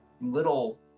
little